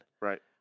Right